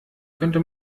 könnte